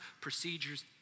procedures